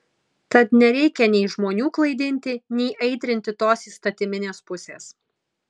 tad nereikia nei žmonių klaidinti nei aitrinti tos įstatyminės pusės